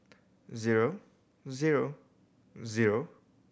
zero zero zero